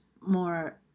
more